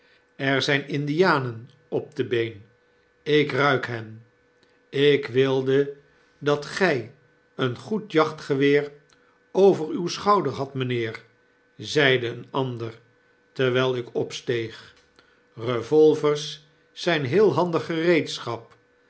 er zyn indianen op de been ik ruik hen ik wilde dat gy een goedjachtgeweer over uw schouder hadt mijnheer zeide eenander terwyl ik opsteeg revolvers zyn heel handig